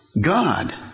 God